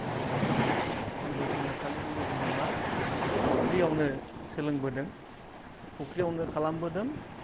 दा उन्दै समाव खालि जोङो मा फुख्रिआवनो सोलोंबोदों फुख्रिआवनो खालामबोदों